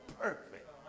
perfect